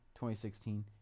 2016